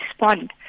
respond